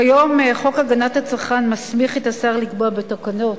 כיום, חוק הגנת הצרכן מסמיך את השר לקבוע בתקנות